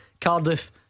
Cardiff